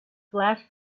flash